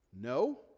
no